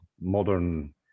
modern